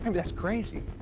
that's crazy.